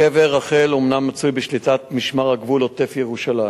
קבר רחל אומנם מצוי בשליטת משמר הגבול עוטף-ירושלים,